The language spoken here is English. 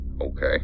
Okay